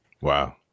Wow